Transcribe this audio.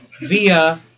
via